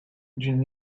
d’une